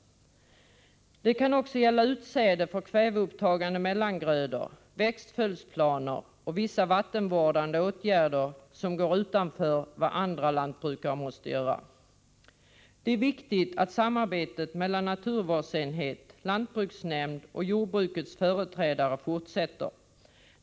Det ekonomiska stödet kan också gälla utsäde för 28 november 1984 kväveupptagande mellangrödor, växtföljdsplaner och vissa vattenvårdande åtgärder som går utanför vad andra lantbrukare måste göra. Det är viktigt att samarbetet mellan naturvårdsenhet, lantbruksnämnd och Ändring i miljöskyddslagen, jordbrukets företrädare fortsätter.